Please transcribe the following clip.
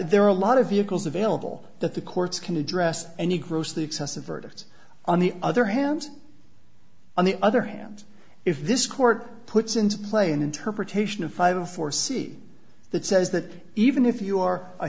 there are a lot of vehicles available that the courts can address any grossly excessive verdicts on the other hand on the other hand if this court puts into play an interpretation of five and four see that says that even if you are a